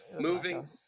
Moving